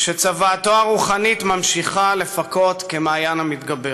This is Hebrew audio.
שצוואתו הרוחנית ממשיכה לפכות כמעיין המתגבר.